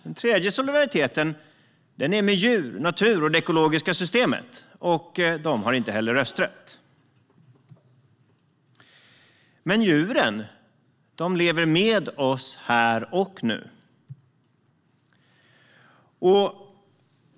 Den tredje solidariteten är med djur, natur och det ekologiska systemet, och de har inte heller rösträtt. Djuren lever med oss här och nu.